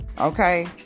Okay